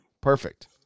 Perfect